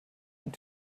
und